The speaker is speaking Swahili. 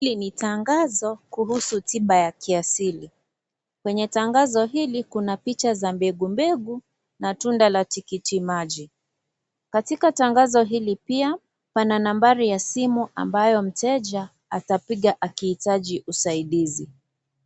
Hii ni tangazo kuhusu tiba ya kiasili. Kwenye tangazo hili kuna picha za mbegu, mbegu na tunda la tikitimaji. Katika tangazo hili pia, pana nambari ya simu ambayo mteja atapiga akihitaji usaidizi.